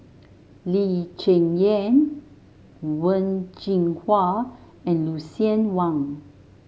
Lee Cheng Yan Wen Jinhua and Lucien Wang